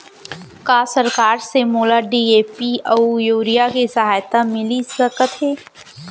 का सरकार से मोला डी.ए.पी अऊ यूरिया के सहायता मिलिस सकत हे?